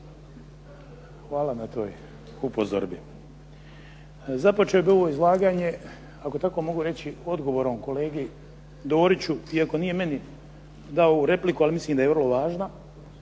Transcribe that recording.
Hvala na toj upozorbi. Započeo bih ovo izlaganje, ako tako mogu reći odgovorom kolegi Doriću, iako nije meni dao ovu repliku, ali mislim da je vrlo važna.